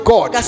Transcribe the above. God